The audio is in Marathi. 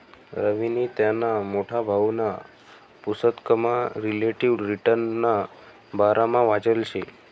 रवीनी त्याना मोठा भाऊना पुसतकमा रिलेटिव्ह रिटर्नना बारामा वाचेल शे